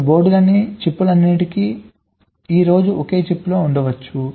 ఇప్పుడు బోర్డులలోని చిప్లన్నింటినీ ఈ రోజు ఒకే చిప్లోకి ఉంచవచ్చు